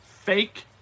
Fake